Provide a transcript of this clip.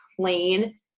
plain